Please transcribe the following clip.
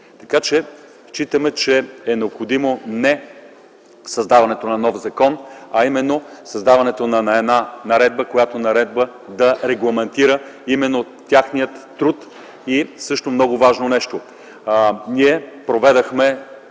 Така че считаме, че е необходимо не създаването на нов закон, а именно създаването на една наредба, която да регламентира техния труд. Също много важно нещо – ние проведохме,